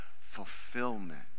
Fulfillment